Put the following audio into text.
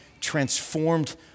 transformed